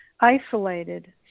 Isolated